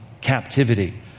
captivity